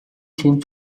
тийм